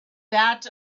that